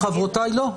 חברותיי, לא.